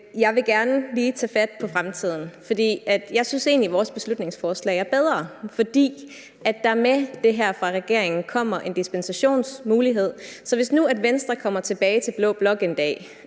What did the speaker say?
Jeg vil gerne lige tage fat på fremtiden, for jeg synes egentlig, at vores beslutningsforslag er bedre, fordi der med det her forslag fra regeringen kommer en dispensationsmulighed. Hvis nu Venstre kommer tilbage til blå blok en dag